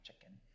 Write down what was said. chicken